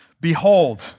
Behold